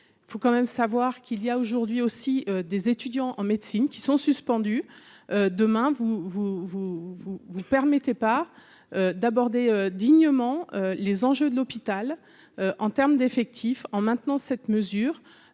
il faut quand même savoir qu'il y a aujourd'hui aussi des étudiants en médecine qui sont suspendus demain vous vous vous vous vous permettez pas d'aborder dignement les enjeux de l'hôpital en terme d'effectifs en maintenant cette mesure,